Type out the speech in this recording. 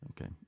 Okay